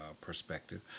perspective